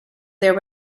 there